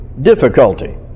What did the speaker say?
difficulty